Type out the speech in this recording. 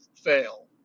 fail